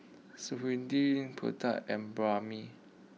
Sudhir Pratap and